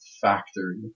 factory